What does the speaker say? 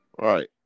Right